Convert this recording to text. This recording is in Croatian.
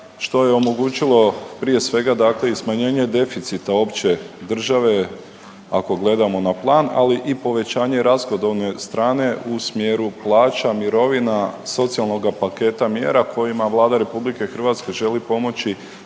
što je omogućili prije svega dakle i smanjenje deficita opće države ako gledamo na plan, ali i povećanje rashodovne strane u smjeru plaća, mirovina, socijalnoga paketa mjera kojima Vlada RH želi pomoći